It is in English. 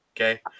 Okay